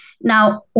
Now